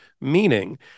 Meaning